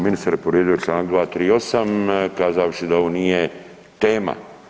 Ministar je povrijedio članak 238. kazavši da ovo nije tema.